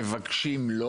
מבקשים לא